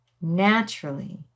naturally